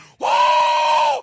Whoa